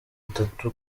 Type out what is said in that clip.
atatu